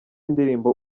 indirimbo